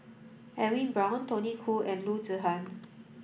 Edwin Brown Tony Khoo and Loo Zihan